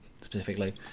specifically